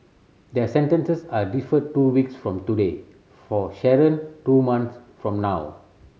their sentences are deferred two weeks from today for Sharon two months from now